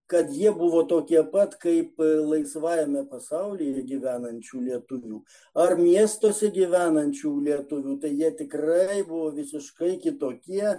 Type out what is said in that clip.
kad jie buvo tokie pat kaip ir laisvajame pasaulyje gyvenančių lietuvių ar miestuose gyvenančių lietuvių tai jie tikrai buvo visiškai kitokie